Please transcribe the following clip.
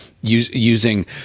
using